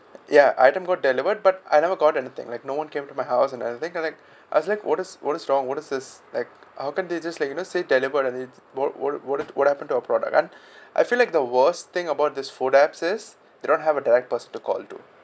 ya item got delivered but I never got anything like no one came to my house and I think like I was like what is what is wrong what is this like how can they just like you know say delivered and they what what what what happened to a product and I feel like the worst thing about this food app is they don't have a direct person to call to